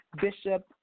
Bishop